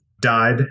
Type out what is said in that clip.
died